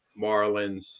Marlins